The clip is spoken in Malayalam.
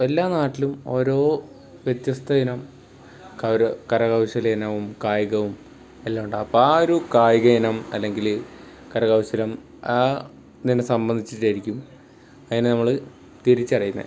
എല്ലാ നാട്ടിലും ഓരോ വ്യത്യസ്ത ഇനം കരകൗശല ഇനവും കായികവും എല്ലാം ഉണ്ടാവും അപ്പോൾ ആ ഒരു കായിക ഇനം അല്ലെങ്കിൽ കരകൗശലം ആ ഇതിനെ സംബന്ധിച്ചിട്ടായിരിക്കും അതിനെ നമ്മൾ തിരിച്ചറിയുന്നത്